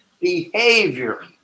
behavior